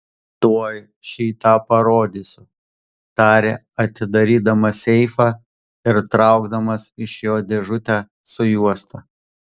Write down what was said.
tuoj šį tą parodysiu tarė atidarydamas seifą ir traukdamas iš jo dėžutę su juosta